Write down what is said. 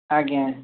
ଆଜ୍ଞା